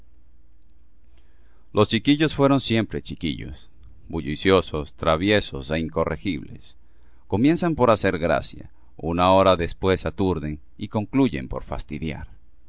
los chiquillos fueron siempre chiquillos bulliciosos traviesos é incorregibles comienzan por hacer gracia una hora después aturden y concluyen por fastidiar